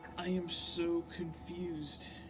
i am so confused.